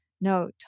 no